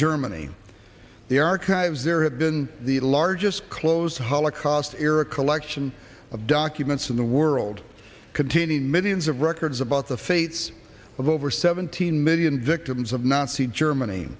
germany the archives there had been the largest closed holocaust era collection of documents in the world containing millions of records about the fates of over seventeen million victims of nazi germany